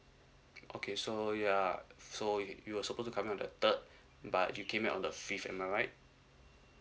okay so ya so you were supposed to come on the third but you came on the fifth am I right